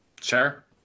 Sure